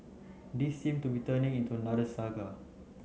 this seem to be turning into another saga